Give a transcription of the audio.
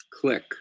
click